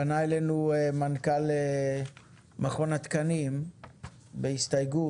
פנה אלינו מנכ"ל מכון התקנים בהסתייגות.